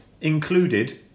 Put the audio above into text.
included